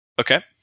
Okay